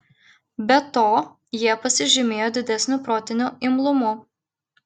be to jie pasižymėjo didesniu protiniu imlumu